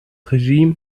regime